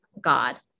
God